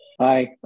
hi